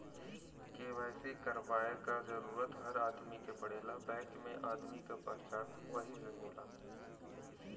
KYC करवाये क जरूरत हर आदमी के पड़ेला बैंक में आदमी क पहचान वही से होला